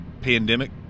pandemic